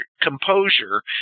composure